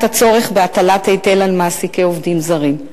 הצורך בהטלת היטל על מעסיקי עובדים זרים.